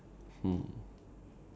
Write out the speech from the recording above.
um